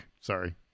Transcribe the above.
Sorry